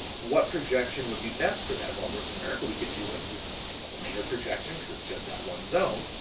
what projection would be best for that one? north america, we could do one using a planar projection because it's just that one zone.